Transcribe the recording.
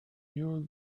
your